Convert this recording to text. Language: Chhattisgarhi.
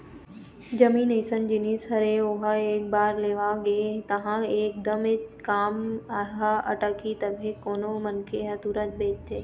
जमीन अइसन जिनिस हरे ओहा एक बार लेवा गे तहाँ ले एकदमे काम ह अटकही तभे कोनो मनखे ह तुरते बेचथे